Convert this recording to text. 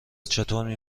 چطور